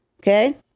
Okay